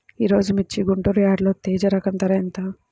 ఈరోజు మిర్చి గుంటూరు యార్డులో తేజ రకం ధర ఎంత?